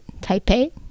Taipei